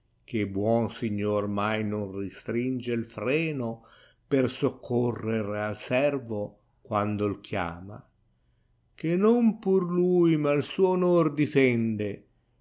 che buon signor mai non ristringe fréno per soccorrere al servo quando m chiama che non pur lui ma suo onor difende